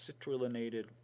citrullinated